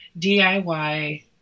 DIY